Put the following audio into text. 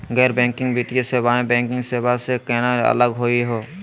गैर बैंकिंग वित्तीय सेवाएं, बैंकिंग सेवा स केना अलग होई हे?